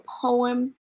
poem